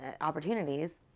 opportunities